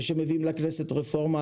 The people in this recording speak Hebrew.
כשמביאים לכנסת רפורמה,